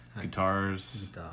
guitars